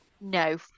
No